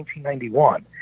1991